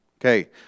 Okay